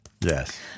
Yes